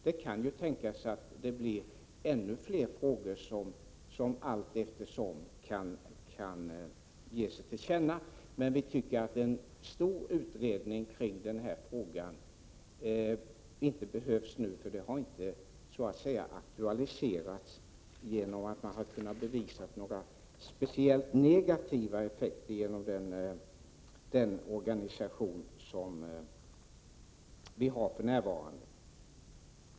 Det kan ju tänkas att det blir ännu fler frågor som så småningom kan ge sig till känna. Vi tycker emellertid inte att det behövs en stor utredning kring denna fråga nu. Det har inte aktualiserats, eftersom man inte har kunnat påvisa några speciellt negativa effekter av den organisation vi har för närvarande.